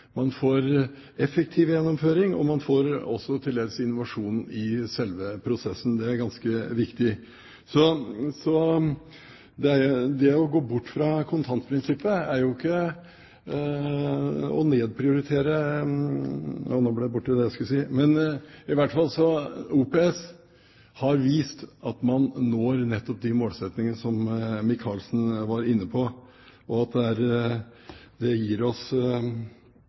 man får effektiv gjennomføring, og man får til dels også innovasjon i selve prosessen. Det er ganske viktig. Så det å gå bort fra kontantprinsippet er jo ikke å nedprioritere – nå ble det borte det jeg skulle si. OPS har vist at man når nettopp de målsettingene som Torgeir Micaelsen var inne på, og det gir oss de prosjektene vi er